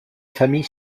famille